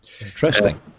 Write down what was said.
interesting